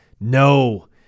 No